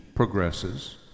Progresses